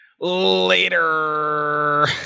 Later